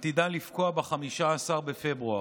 עתידה לפקוע ב-15 בפברואר.